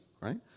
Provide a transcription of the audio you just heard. right